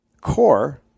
Core